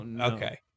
Okay